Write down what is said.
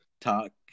Talk